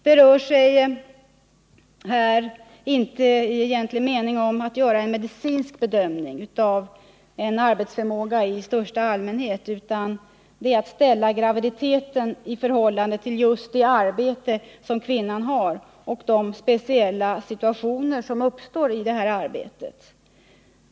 Det rör sig här i egentlig mening inte om att göra en medicinsk bedömning av arbetsförmågan i största allmänhet, utan det är fråga om att ställa graviditeten i förhållande till just det arbete som kvinnan har och de speciella situationer som uppstår i detta arbete.